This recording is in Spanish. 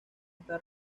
está